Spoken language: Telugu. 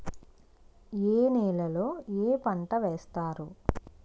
ఏ నేలలో ఏ పంట వేస్తారు?